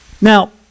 Now